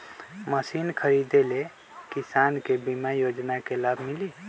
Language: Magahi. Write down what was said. मशीन खरीदे ले किसान के बीमा योजना के लाभ मिली?